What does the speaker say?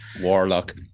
warlock